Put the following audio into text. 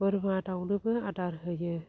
बोरमा दाउनोबो आदार होयो